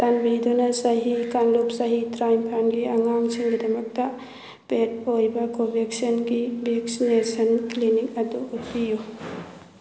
ꯆꯥꯟꯕꯤꯗꯨꯅ ꯆꯍꯤ ꯀꯥꯡꯂꯨꯞ ꯆꯍꯤ ꯇꯔꯥꯅꯤꯄꯥꯟꯒꯤ ꯑꯉꯥꯡꯁꯤꯡꯒꯤꯗꯃꯛ ꯄꯦꯠ ꯑꯣꯏꯕ ꯀꯣꯕꯦꯛꯁꯤꯟꯒꯤ ꯚꯦꯛꯁꯤꯅꯦꯁꯟ ꯀ꯭ꯂꯤꯅꯤꯛ ꯑꯗꯨ ꯎꯠꯄꯤꯌꯨ